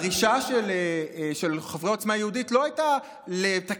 הדרישה של חברי עוצמה יהודית לא הייתה לתקן